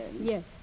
Yes